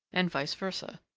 and vice versa.